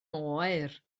oer